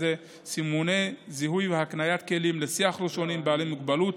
סימוני זיהוי והקניית כלים לשיח ראשוני עם בעלי מוגבלות,